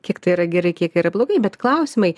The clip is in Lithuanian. kiek tai yra gerai kiek yra blogai bet klausimai